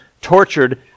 tortured